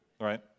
right